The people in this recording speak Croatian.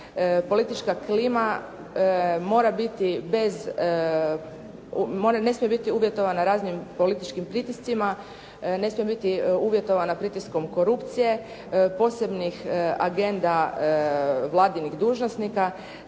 biti bez, ne smije biti uvjetovana na raznim političkim pritiscima, ne smije biti uvjetovana pritiskom korupcije posebnih agenda vladinih dužnosnika,